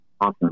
Awesome